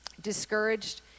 Discouraged